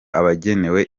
ahagenewe